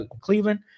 Cleveland